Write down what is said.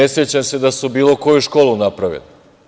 Ne sećam se da su bilo koju školu napravili.